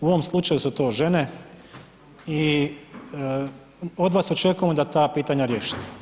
U ovom slučaju su to žene i od vas očekujemo da ta pitanja riješite.